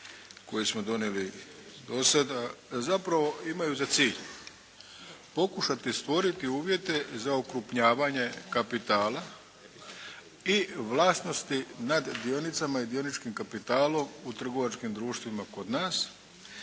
koje smo donijeli do sada zapravo imaju za cilj pokušati stvoriti uvjete za okrupnjavanje kapitala i vlasnosti nad dionicama i dioničkim kapitalom u trgovačkim društvima kod nas